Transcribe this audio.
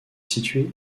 situé